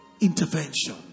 intervention